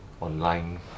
online